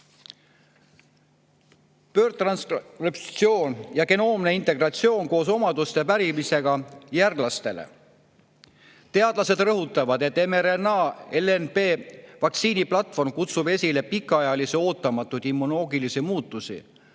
Pöördtranskriptsioon ja genoomne integratsioon koos omaduste pärimisega järglastele. Teadlased rõhutavad, et mRNA‑LNP vaktsiiniplatvorm kutsub esile pikaajalisi ootamatuid immunoloogilisi muutusi.